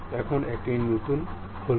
এখন একটি নতুন খুলুন